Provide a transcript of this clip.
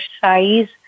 size